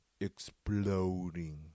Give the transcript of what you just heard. exploding